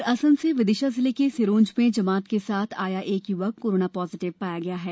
उधर असम से विदिशा जिले के सिरोंज जमात में आया एक य्वक कोरोना पॉजिटिव पाया गया है